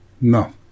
no